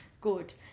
Good